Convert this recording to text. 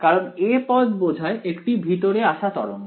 কারণ a পদ বোঝায় একটি ভিতরে আসা তরঙ্গ